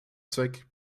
zweck